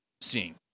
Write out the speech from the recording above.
seeing